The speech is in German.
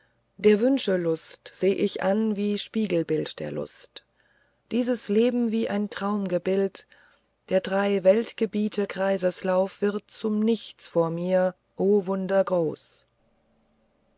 der wünsche lust seh ich an wie spiegelbild der lust dieses leben wie ein traumgebild der drei weltgebiete kreiseslauf wird zum nichts vor mir o wunder groß